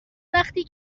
وقتی